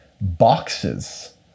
boxes